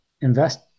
invest